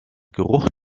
geruch